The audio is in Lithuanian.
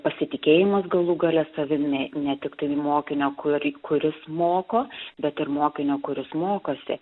pasitikėjimas galų gale savimi ne tiktai mokinio kurį kuris moko bet ir mokinio kuris mokosi